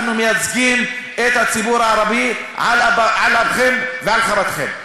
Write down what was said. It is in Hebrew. אנחנו מייצגים את הציבור הערבי על אפכם ועל חמתכם.